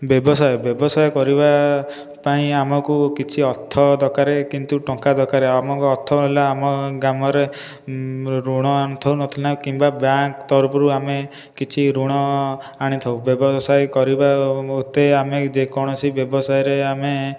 ବ୍ୟବସାୟ ବ୍ୟବସାୟ କରିବା ପାଇଁ ଆମକୁ କିଛି ଅର୍ଥ ଦରକାର କିନ୍ତୁ ଟଙ୍କା ଦରକାର ଆଉ ଆମକୁ ଅର୍ଥ ହେଲା ଆମ ଗ୍ରାମରେ ଋଣ ଅଣୁଥାଉ ନଥିଲା ନାଇଁ କିମ୍ବା ବ୍ୟାଙ୍କ ତରଫରୁ ଆମେ କିଛି ଋଣ ଆଣିଥାଉ ବ୍ୟବସାୟ କରିବା ଏତେ ଆମେ ଯେକୌଣସି ବ୍ୟବସାୟରେ ଆମେ